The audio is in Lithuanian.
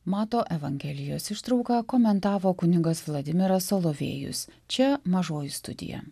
mato evangelijos ištrauką komentavo kunigas vladimiras solovejus čia mažoji studija